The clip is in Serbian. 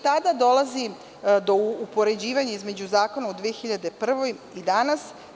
Tada dolazi do upoređivanja između Zakona iz 2001. i danas.